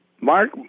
Mark